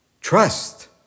trust